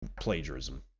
plagiarism